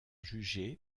juger